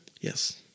Yes